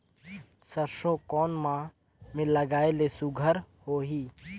सरसो कोन माह मे लगाय ले सुघ्घर होही?